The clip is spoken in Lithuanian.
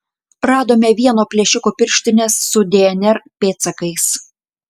radome vieno plėšiko pirštines su dnr pėdsakais